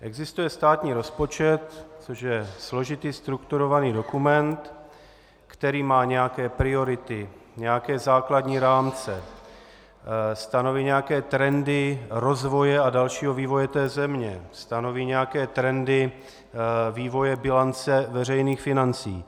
Existuje státní rozpočet, což je složitý strukturovaný dokument, který má nějaké priority, nějaké základní rámce, stanoví nějaké trendy rozvoje a dalšího vývoje země, stanoví nějaké trendy vývoje bilance veřejných financí.